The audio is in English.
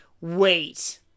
wait